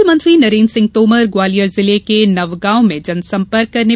केन्द्रीय मंत्री नरेन्द्र सिंह तोमर ग्वालियर जिले के नवगॉव में जनसंपर्क किया